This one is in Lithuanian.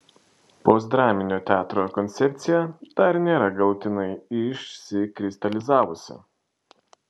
postdraminio teatro koncepcija dar nėra galutinai išsikristalizavusi